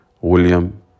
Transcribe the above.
William